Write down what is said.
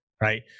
right